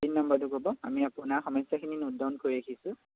pin নাম্বাৰটো হ'ব আমি আপোনাৰ সমস্যাখিনি ন'ট ডাউন কৰি ৰাখিছোঁ